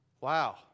Wow